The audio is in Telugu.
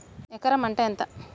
ఎకరం అంటే ఎంత?